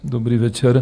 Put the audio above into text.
Dobrý večer.